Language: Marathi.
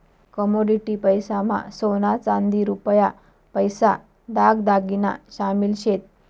कमोडिटी पैसा मा सोना चांदी रुपया पैसा दाग दागिना शामिल शेत